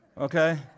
okay